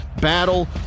battle